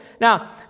Now